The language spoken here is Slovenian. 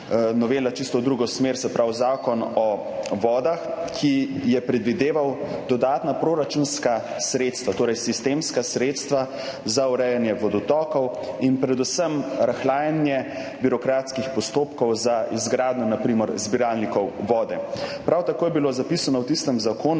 čisto v drugo smer, se pravi zakon o vodah, ki je predvideval dodatna proračunska sredstva, torej sistemska sredstva za urejanje vodotokov in predvsem rahljanje birokratskih postopkov za izgradnjo na primer zbiralnikov vode. Prav tako je bilo zapisano v tistem zakonu,